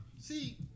see